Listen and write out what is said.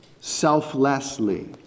selflessly